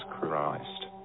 Christ